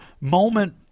moment